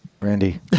Randy